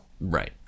Right